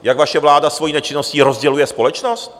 Jak vaše vláda svojí nečinnosti rozděluje společnost?